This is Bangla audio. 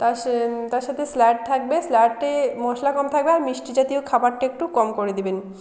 তার সা সাথে স্যালাড থাকবে স্যালাডে মশলা কম থাকবে আর মিষ্টি জাতীয় খাবারটা একটু কম করে দিবেন